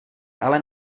ale